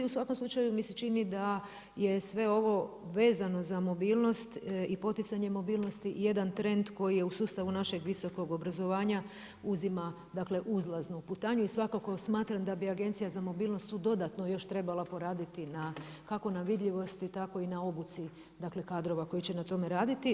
U svakom slučaju mi se čini da je sve ovo vezano za mobilnost i poticanje mobilnosti jedan trend koji je u sustavu našeg visokog obrazovanja uzima, dakle uzlaznu putanju i svakako smatram da bi Agencija za mobilnost tu dodatno još trebala poraditi na kako na vidljivosti, tako i na obuci, dakle kadrova koji će na tome raditi.